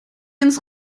ins